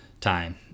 time